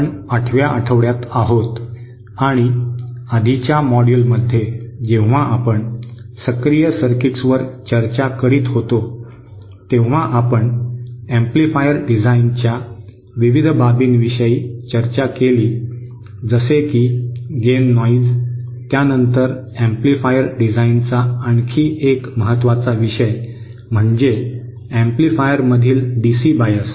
आपण आठव्या आठवड्यात आहोत आणि आधीच्या मॉड्यूलमध्ये जेव्हा आपण सक्रिय सर्किट्सवर चर्चा करीत होतो तेव्हा आपण एम्पलीफायर डिझाइनच्या विविध बाबींविषयी चर्चा केली जसे की गेन नॉइज त्यानंतर एम्पलीफायर डिझाइनचा आणखी एक महत्वाचा विषय म्हणजे एम्पलीफायरमधील डीसी बायस